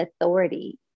authority